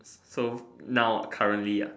so now currently ah